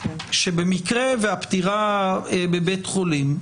שבמקרה והפטירה בבית חולים,